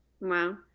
Wow